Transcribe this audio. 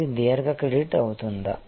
ఇది దీర్ఘ క్రెడిట్ అవుతుందా